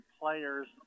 players